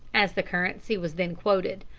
as the currency was then quoted.